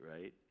right